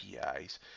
APIs